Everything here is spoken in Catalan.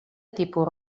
tipus